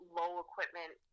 low-equipment